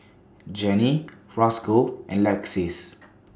Jenni Rosco and Lexis